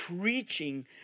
preaching